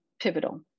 pivotal